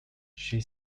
she